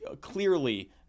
Clearly